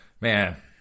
Man